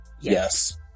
Yes